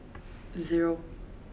zero